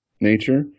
nature